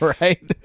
right